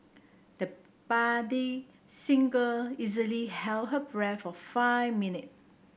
the budding singer easily held her breath for five minute